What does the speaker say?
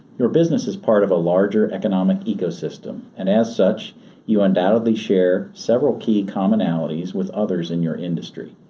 your business is part of a larger economic ecosystem and as such you undoubtedly share several key commonalities with others in your industry,